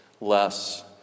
less